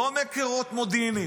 לא מקורות מודיעיניים.